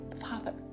Father